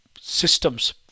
systems